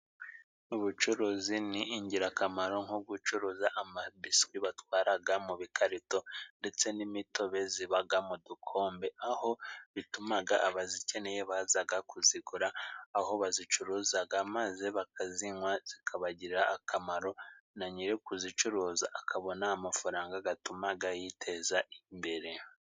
Ubucuruzi ni ingirakamaro nko gucuruza amabiswi batwaraga mu bikarito ndetse n'imitobe zibaga mu dukombe aho bitumaga abazikeneye bazaga kuzigura aho bazicuruzaga maze bakazinwa zikabagirira akamaro na nyiri kuzicuruza akabona amafaranga agatumaga yiteza imbere.